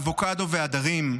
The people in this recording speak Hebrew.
אבוקדו והדרים.